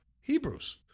hebrews